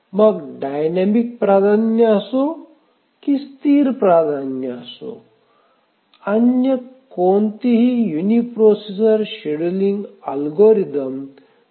मग डायनॅमिक प्राधान्य असो की स्थिर प्राधान्य असो अन्य कोणतीही युनिप्रोसेसर शेड्यूलिंग अल्गोरिदम ते चालवू शकत नाही